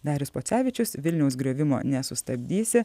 darius pocevičius vilniaus griuvimo nesustabdysi